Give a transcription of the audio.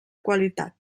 qualitat